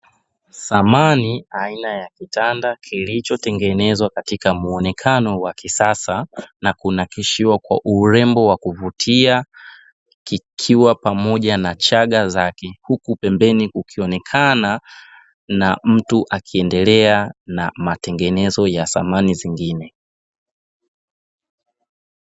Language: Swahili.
Samani aina ya kitanda kilicho tengenezwa katika muonekano wa kisasa na kunakishiwa kwa urembo wakuvutia kikiwa pamoja na chaga zake, huku pembeni kukionekana na mtu akiendelea na matengenezo ya samani zingine.